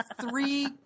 three